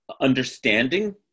understanding